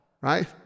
right